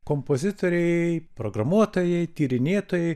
kompozitoriai programuotojai tyrinėtojai